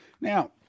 Now